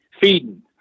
feeding